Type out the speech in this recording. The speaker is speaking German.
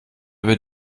wird